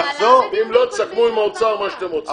אם לא, תסכמו עם האוצר מה שאתם רוצים.